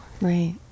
Right